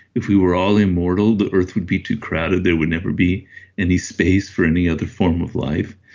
if we were all immortal, the earth would be too crowded, there would never be any space for any other form of life.